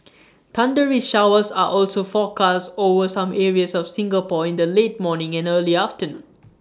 thundery showers are also forecast over some areas of Singapore in the late morning and early afternoon